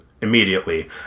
immediately